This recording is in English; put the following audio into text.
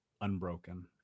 unbroken